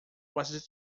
was